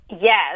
yes